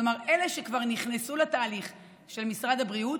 כלומר, מאלה שכבר נכנסו לתהליך של משרד הבריאות,